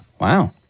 wow